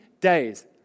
days